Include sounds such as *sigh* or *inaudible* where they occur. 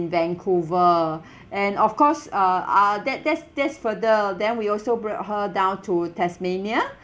vancouver *breath* and of course uh ah that there's there's further then we also brought her down to tasmania